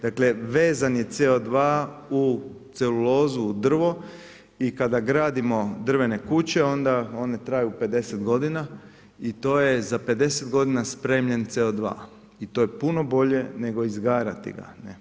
Dakle, vezan je CO2 u celulozu, u drvo i kada gradimo drvene kuće onda one traju 50 godina i to je za 50 godina spremljen CO2 i to je puno bolje nego izgarati ga.